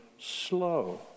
slow